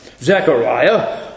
Zechariah